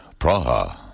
Praha